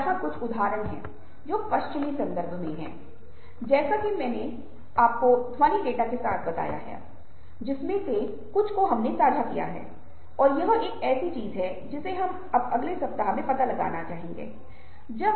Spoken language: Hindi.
और प्रत्येक मामले में कृपया अपने आप से हर बार पूछने पर कहते हैं की मैं ऊब गया हू मैं ऐसा नहीं करना चाहता